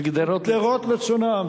וגדרות לצאנם.